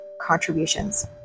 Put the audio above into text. contributions